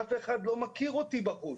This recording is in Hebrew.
אף אחד לא מכיר אותי בחוץ.